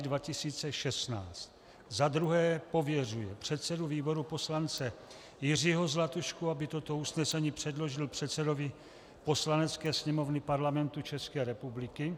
2. pověřuje předsedu výboru poslance Jiřího Zlatušku, aby toto usnesení předložil předsedovi Poslanecké sněmovny Parlamentu České republiky;